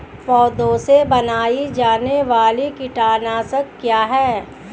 पौधों से बनाई जाने वाली कीटनाशक क्या है?